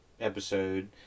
episode